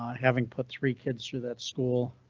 having put three kids through. that's cool.